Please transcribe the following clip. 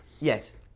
Yes